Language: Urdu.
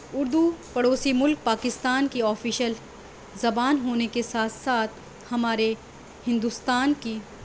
اردو پڑوسی ملک پاکستان کی آفیشیل زبان ہونے کے ساتھ ساتھ ہمارے ہندوستان کی